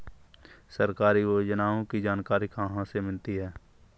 सरकारी योजनाओं की जानकारी कहाँ से मिलती है?